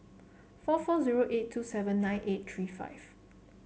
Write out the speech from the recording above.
four four zero eight two seven nine eight three five